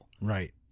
Right